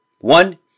One